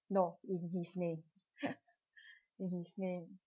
no in his name in his name